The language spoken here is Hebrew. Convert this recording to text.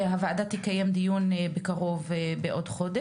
הוועדה תקיים דיון בתוך חודש.